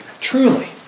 Truly